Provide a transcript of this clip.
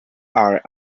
are